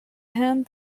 hand